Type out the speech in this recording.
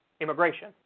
immigration